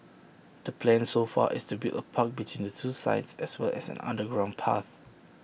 the plan so far is to build A park between the two sites as well as an underground path